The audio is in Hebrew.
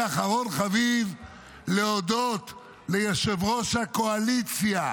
ואחרון חביב להודות ליושב-ראש הקואליציה